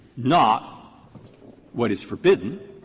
not what is forbidden,